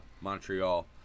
Montreal